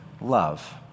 love